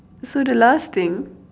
so the last thing